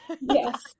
yes